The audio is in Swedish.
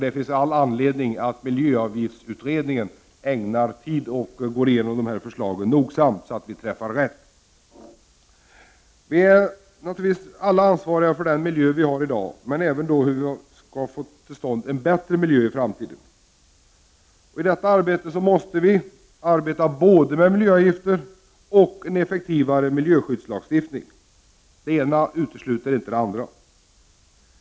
Det finns därför all anledning för miljöavgiftsutredningen att ägna tid åt dessa förslag och att nogsamt gå igenom dem, så att vi träffar rätt. Naturligtvis är vi alla ansvariga för den miljö som vi har i dag. Men det gäller även hur vi skall få till stånd en bättre miljö i framtiden. I detta arbete måste vi jobba både med miljöavgifter och med en effektivare miljöskyddslagstiftning — det ena utesluter inte det andra.